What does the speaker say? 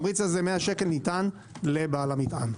100 שקל, שניתן לבעל המטען.